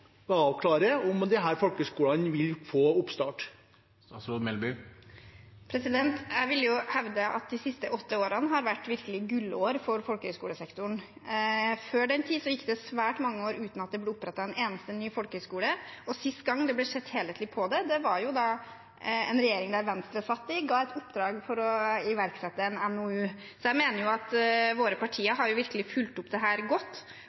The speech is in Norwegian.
avklare om disse folkehøgskolene vil få starte opp? Jeg vil hevde at de siste åtte årene virkelig har vært gullår for folkehøgskolesektoren. Før den tid gikk det svært mange år uten at det ble opprettet en eneste ny folkehøgskole, og sist det ble sett helhetlig på det, var da en regjering Venstre satt i, ga et oppdrag for å iverksette en NOU. Så jeg mener at våre partier virkelig har fulgt opp dette godt. Når det